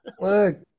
Look